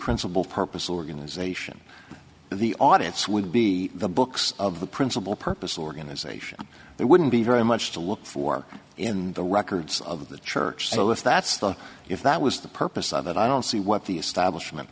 principle purpose organization the audits would be the books of the principal purpose organization there wouldn't be very much to look for in the records of the church so if that's the if that was the purpose of it i don't see what the establishment